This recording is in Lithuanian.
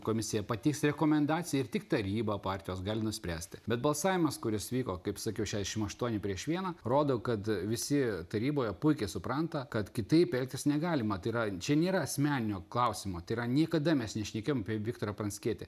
komisija pateiks rekomendaciją ir tik taryba partijos gali nuspręsti bet balsavimas kuris vyko kaip sakiau šešim aštuoni prieš vieną rodo kad visi taryboje puikiai supranta kad kad taip elgtis negalima tai yra čia nėra asmeninio klausimo tai yra niekada mes nešnekėjom apie viktorą pranckietį